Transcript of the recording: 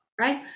Right